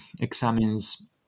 examines